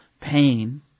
pain